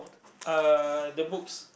uh the books